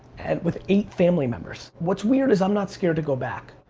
and with eight family members. what's weird is i'm not scared to go back.